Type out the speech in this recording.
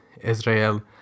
Israel